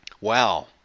Wow